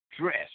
dress